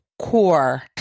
Core